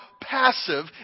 passive